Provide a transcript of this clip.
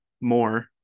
more